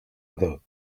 other